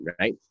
right